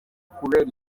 kubera